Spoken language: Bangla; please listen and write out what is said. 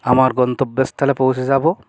আমার গন্তব্যস্থলে পৌঁছে যাবো